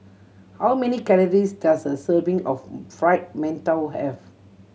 how many calories does a serving of Fried Mantou have